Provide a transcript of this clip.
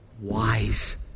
wise